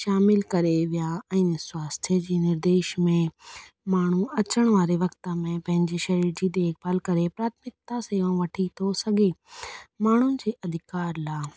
शामिलु करे विया आहिनि स्वास्थ्य जी निर्देश में माण्हू अचण वारे वक़्त में पंहिंजे सरीर जी देखभाल करे प्राथमिकिता सेवाऊं वठी थो सघे माण्हुनि जे अधिकार लाइ